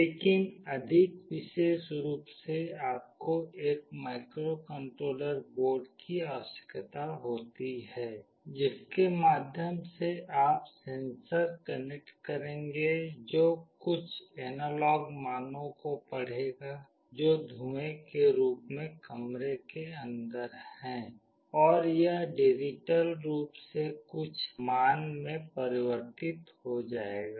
लेकिन अधिक विशेष रूप से आपको एक माइक्रोकंट्रोलर बोर्ड की आवश्यकता होती है जिसके माध्यम से आप सेंसर कनेक्ट करेंगे जो कुछ एनालॉग मानों को पढ़ेगा जो धुएं के रूप में कमरे के अंदर है और यह डिजिटल रूप से कुछ मान में परिवर्तित हो जाएगा